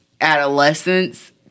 adolescence